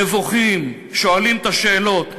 נבוכים, שואלים את השאלות,